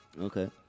Okay